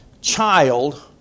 child